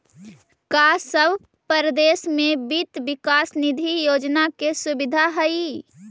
का सब परदेश में वित्त विकास निधि योजना के सुबिधा हई?